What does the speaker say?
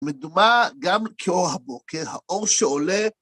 מדומה גם כאור הבוקר, האור שעולה.